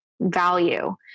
value